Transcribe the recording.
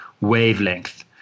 wavelength